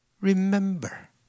Remember